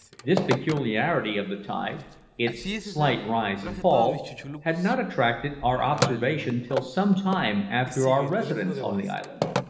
this peculiarity of the tide its slight rise and fall had not attracted our observation till some time after our residence on the island.